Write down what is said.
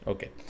Okay